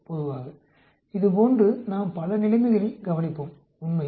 பொதுவாக இது போன்று நாம் பல நிலைமைகளில் கவனிப்போம் உண்மையில்